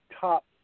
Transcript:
top